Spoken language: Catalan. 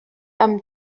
amb